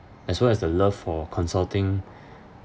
as well as the love for consulting